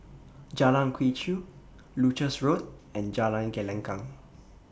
Jalan Quee Chew Leuchars Road and Jalan Gelenggang